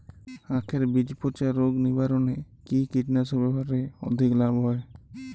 আঁখের বীজ পচা রোগ নিবারণে কি কীটনাশক ব্যবহারে অধিক লাভ হয়?